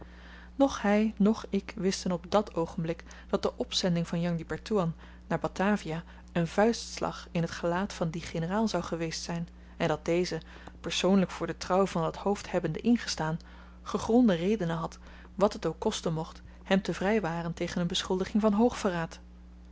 noch hy noch ik wisten op dàt oogenblik dat de opzending van jang di pertoean naar batavia een vuistslag in t gelaat van dien generaal zou geweest zyn en dat deze persoonlyk voor de trouw van dat hoofd hebbende ingestaan gegronde redenen had wat het ook kosten mocht hem te vrywaren tegen een beschuldiging van